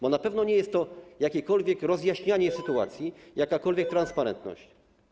Bo na pewno nie jest to jakiekolwiek rozjaśnianie sytuacji, jakakolwiek transparentność.